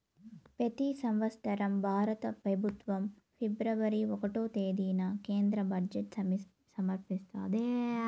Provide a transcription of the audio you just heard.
పెతి సంవత్సరం భారత పెబుత్వం ఫిబ్రవరి ఒకటో తేదీన కేంద్ర బడ్జెట్ సమర్పిస్తాది